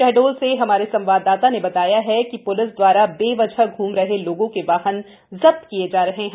शहडोल से हमारे संवाददाता ने बताया है कि प्लिस दवारा बेवजह घूम रहे लोगो के वाहन जप्त किए जा रहा है